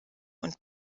und